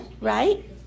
Right